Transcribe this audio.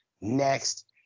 next